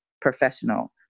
professional